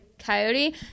coyote